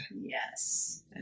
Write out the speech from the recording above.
Yes